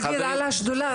להגיד על השדולה,